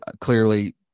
clearly